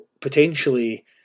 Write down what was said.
potentially